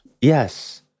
Yes